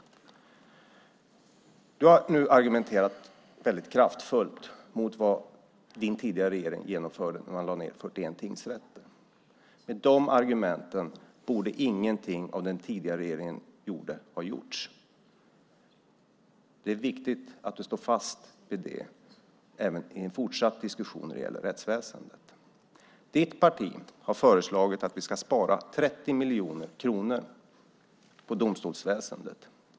Fredrik Olovsson har argumenterat kraftfullt mot vad hans tidigare regering genomförde när de lade ned 41 tingsrätter. Med de argumenten borde ingenting av vad den tidigare regeringen gjorde ha gjorts. Det är viktigt att Fredrik Olovsson står fast vid det även i en fortsatt diskussion gällande rättsväsendet. Hans parti har föreslagit att vi ska spara 30 miljoner kronor på domstolsväsendet.